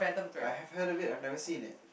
I have heard of it I've never seen it